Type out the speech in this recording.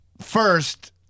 first